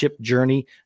journey